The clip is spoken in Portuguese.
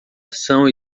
ação